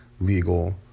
legal